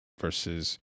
versus